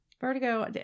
Vertigo